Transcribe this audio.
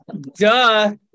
Duh